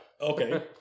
Okay